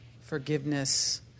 forgiveness